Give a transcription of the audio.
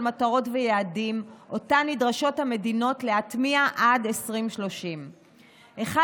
מטרות ויעדים שאותן נדרשות המדינות להטמיע עד 2030. אחד